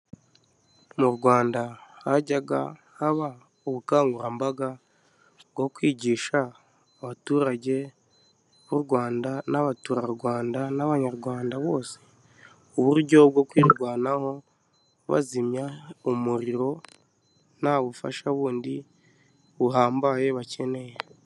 Mu rwanda hajyaga haba ubukangurambaga bwo kwigisha abaturage b'u rwanda n'abaturarwanda n'abanyarwanda bose uburyo bwo kwirwanaho bazimya umuriro nta bufasha bundi buhambaye bakeneye.